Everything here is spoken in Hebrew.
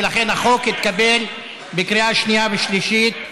ולכן החוק התקבל בקריאה שנייה ושלישית,